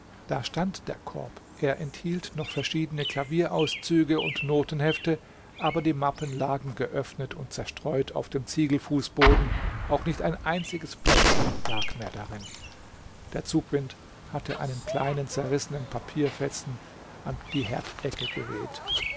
da stand der korb er enthielt noch verschiedene klavierauszüge und notenhefte aber die mappen lagen geöffnet und zerstreut auf dem ziegelfußboden auch nicht ein einziges blättchen lag mehr darin der zugwind hatte einen kleinen zerrissenen papierfetzen in die herdecke geweht